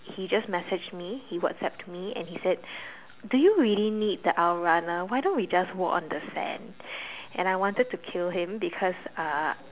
he just messaged he WhatsApp me and he said do you really need the aisle runner why don't we walk on the sand and I wanted to kill him because uh